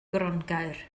grongaer